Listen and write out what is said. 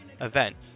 events